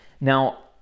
Now